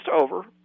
over